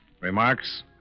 Remarks